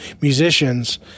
musicians